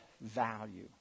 value